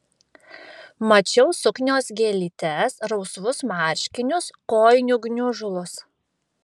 mačiau suknios gėlytes rausvus marškinius kojinių gniužulus